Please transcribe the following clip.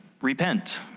Repent